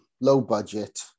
low-budget